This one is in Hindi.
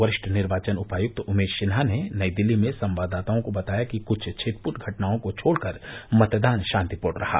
वरिष्ठ निर्वाचन उपायुक्त उमेश सिन्हा ने नई दिल्ली में संवाददाताओं को बताया कि कुछ छिटपुट घटनाओं को छोड़कर मतदान शांतिपूर्ण रहा